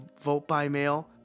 vote-by-mail